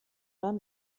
dann